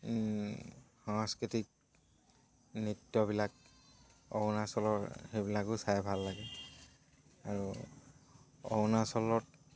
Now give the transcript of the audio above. সাংস্কৃতিক নৃত্যবিলাক অৰুণাচলৰ সেইবিলাকো চাই ভাল লাগে আৰু অৰুণাচলত